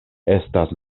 estas